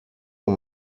con